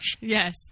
Yes